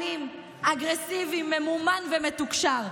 אלים, אגרסיבי, ממומן ומתוקשר.